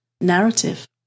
narrative